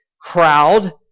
crowd